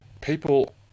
people